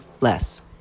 less